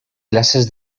classes